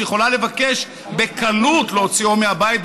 יכולה לבקש בקלות להוציאו מן הבית,